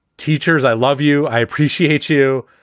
teachers, i love you. i appreciate you,